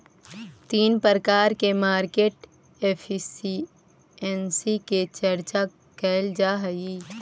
तीन प्रकार के मार्केट एफिशिएंसी के चर्चा कैल जा हई